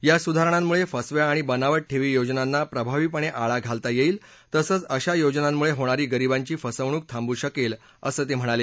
या सुधारणामुळे फसव्या आणि बनावट ठेवी योजनांना प्रभावीपणे आळा घालता येईल तसंच अशा योजनांमुळे होणारी गरीबांची फसवणूक थांबू शकेल असं ते म्हणाले